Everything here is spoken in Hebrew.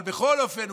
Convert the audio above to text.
אבל בכל אופן,